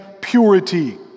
purity